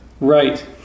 Right